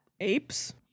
Apes